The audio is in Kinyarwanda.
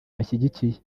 bashyigikiye